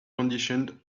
conditioned